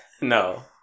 No